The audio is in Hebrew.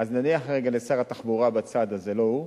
נניח רגע לשר התחבורה בצד, זה לא הוא.